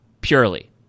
purely